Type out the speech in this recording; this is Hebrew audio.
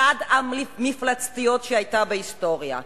אחת המפלצתיות שהיו בהיסטוריה,